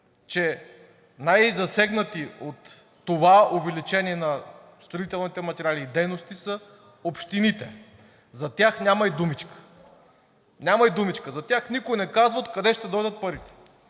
че най-засегнати от това увеличение на строителните материали и дейности са общините. За тях няма и думичка. Няма и думичка! За тях никой не казва откъде ще дойдат парите.